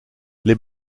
les